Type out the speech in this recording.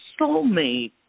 soulmate